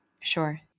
Sure